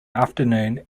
afternoon